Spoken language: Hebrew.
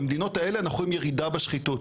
במדינות האלה אנחנו רואים ירידה בשחיתות,